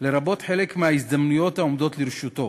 לרבות חלק מההזדמנויות העומדות לרשותו.